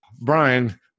Brian